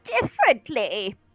differently